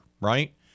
right